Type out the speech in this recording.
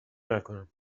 نکنم